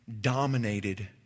dominated